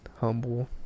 humble